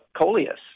coleus